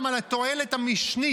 איזו סיבה יש לנו למממן במאות מיליוני